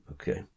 Okay